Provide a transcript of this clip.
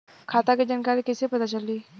खाता के जानकारी कइसे पता चली?